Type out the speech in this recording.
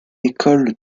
école